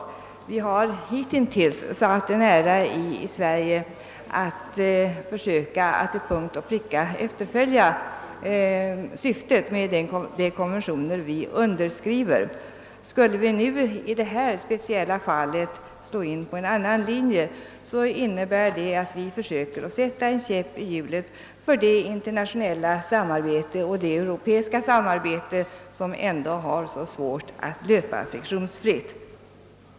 Här i Sverige har vi hitintills satt en ära i att försöka att till punkt och pricka efterfölja syftet med de konventioner vi underskriver. Skulle vi nu i det här speciella fallet slå in på en annan linje, så innebär det att vi försöker sätta en käpp i hjulet för det internationella samarbetet, inte minst det europeiska samarbete som ändå har så svårt att löpa friktionsfritt.